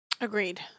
Agreed